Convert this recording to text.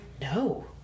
no